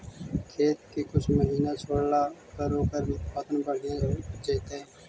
खेत के कुछ महिना छोड़ला पर ओकर उत्पादन बढ़िया जैतइ?